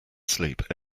sleep